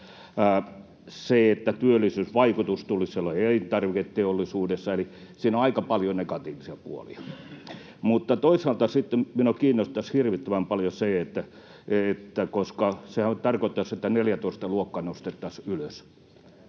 Siinä, että työllisyysvaikutuksen tulisi olla elintarviketeollisuudessa, on aika paljon negatiivisia puolia. Mutta toisaalta sitten minua kiinnostaisi hirvittävän paljon se, että tämähän tarkoittaisi, että 14-luokka nostettaisiin ylös,